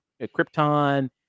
Krypton